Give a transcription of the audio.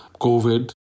Covid